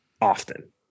often